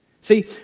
see